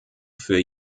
für